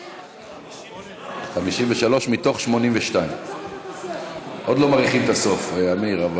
53 מתוך 82. עוד לא מריחים את הסוף, אמיר.